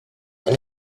ein